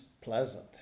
pleasant